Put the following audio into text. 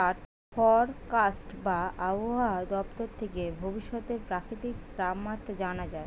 forecast বা আবহায়া দপ্তর থেকে ভবিষ্যতের প্রাকৃতিক তাপমাত্রা জানা যায়